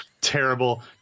terrible